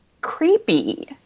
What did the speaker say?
creepy